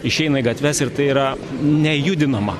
išeina į gatves ir tai yra nejudinama